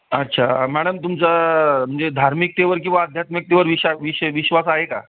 अच्छा मॅडम तुमचं म्हणजे धार्मिकतेवर किंवा आध्यात्मिकतेवर विशा विशे विश्वास आहे का